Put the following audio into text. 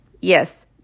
yes